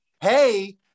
hey